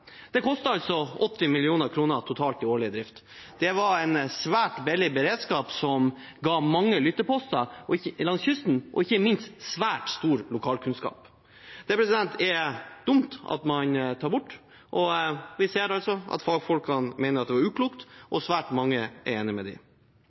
Det kostet altså 80 mill. kr totalt i årlig drift. Det var en svært billig beredskap som ga mange lytteposter langs kysten, og ikke minst svært stor lokalkunnskap. Det er det dumt at man tar bort. Vi ser at fagfolkene mener at det var uklokt, og svært mange er